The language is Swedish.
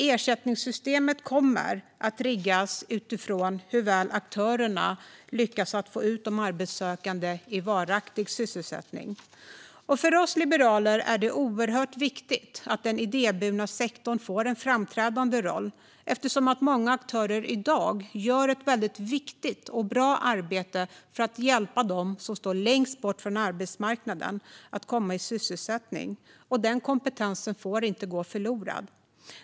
Ersättningssystemet kommer att riggas utifrån hur väl aktörerna lyckas få ut de arbetssökande i varaktig sysselsättning. För oss liberaler är det oerhört viktigt att den idéburna sektorn får en framträdande roll, eftersom många aktörer i dag gör ett väldigt viktigt och bra arbete för att hjälpa dem som står längst bort från arbetsmarknaden att komma i sysselsättning. Den kompetensen får inte gå förlorad.